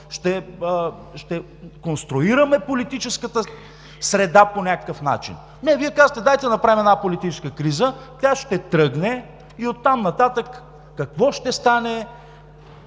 ще конструираме политическата среда по някакъв начин.“ Не, Вие казвате: „Дайте да направим една политическа криза.“ Тя ще тръгне и оттам нататък какво ще стане?